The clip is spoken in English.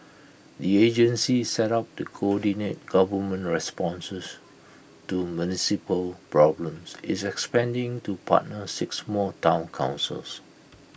the agency set up to coordinate government responses to municipal problems is expanding to partner six more Town councils